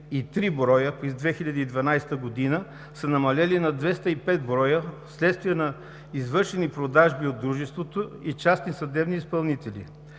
от 363 броя през 2012 г. са намалели на 205 броя, в следствие на извършени продажби от дружеството и частни съдебни изпълнители.